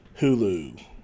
Hulu